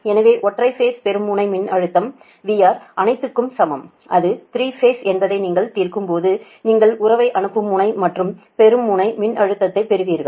எனவே ஒற்றை பேஸ் பெறும் முனை மின்னழுத்தம் VR அனைத்துக்கும் சமம் அது 3 பேஸ் என்பதை நீங்கள் தீர்க்கும்போது நீங்கள் உறவை அனுப்பும் முனை மற்றும் பெறும் முனை மின்னழுத்தத்தைப் பெறுவீர்கள்